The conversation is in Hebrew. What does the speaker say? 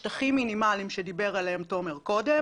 יש כאן שטחים מינימליים שתומר דיבר עליהם קודם,